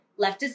leftist